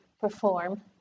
perform